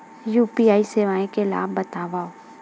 UPI सेवाएं के लाभ बतावव?